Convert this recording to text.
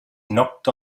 knocked